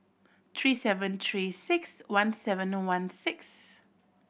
three seven Three Six One seven one six